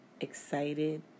excited